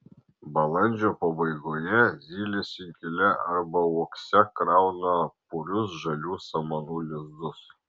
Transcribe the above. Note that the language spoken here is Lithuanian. balandžio pabaigoje zylės inkile arba uokse krauna purius žalių samanų lizdus